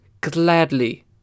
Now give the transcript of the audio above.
gladly